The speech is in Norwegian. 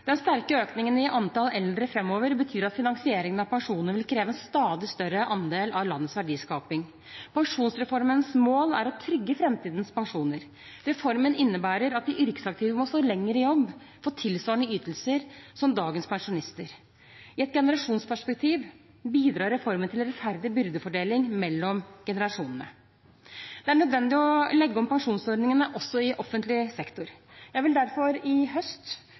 Den sterke økningen i antallet eldre framover betyr at finansieringen av pensjonene vil kreve en stadig større andel av landets verdiskaping. Pensjonsreformens mål er å trygge framtidens pensjoner. Reformen innebærer at de yrkesaktive må stå lenger i jobb for tilsvarende ytelser enn dagens pensjonister. I et generasjonsperspektiv bidrar reformen til rettferdig byrdefordeling mellom generasjonene. Det er nødvendig å legge om pensjonsordningene også i offentlig sektor. Jeg vil derfor i høst